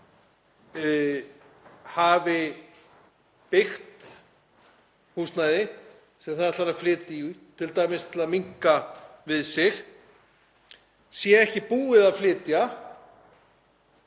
það byggt húsnæði sem það ætlar að flytja í, t.d. til að minnka við sig en sé ekki búið að flytja